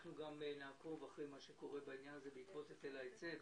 אנחנו גם נעקוב אחרי מה שקורה בעקבות היטל ההיצף